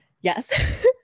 Yes